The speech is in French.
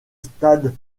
stade